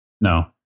No